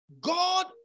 God